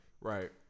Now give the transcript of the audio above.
Right